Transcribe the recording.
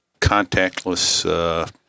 contactless